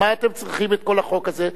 מה אתם צריכים את כל החוק הזה?